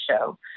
show